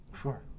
sure